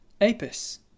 Apis